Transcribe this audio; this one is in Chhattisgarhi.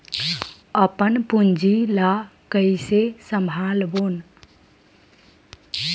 अपन पूंजी ला कइसे संभालबोन?